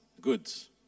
goods